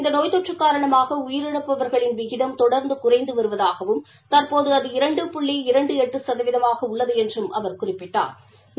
இந்த நோய் தொற்று காரணமாக உயிரிழப்பவர்களின் விகிதம் தொடர்ந்து குறைந்து வருவதாகவும் தற்போது அது இரண்டு புள்ளி இரண்டு எட்டு சதவீதமாக உள்ளது என்றும் அவர் குறிப்பிட்டா்